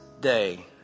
day